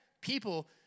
people